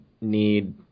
need